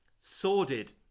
sordid